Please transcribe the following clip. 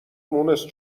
مونس